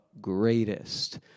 greatest